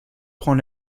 prend